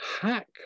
hack